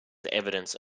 evidence